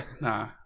nah